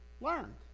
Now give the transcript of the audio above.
learned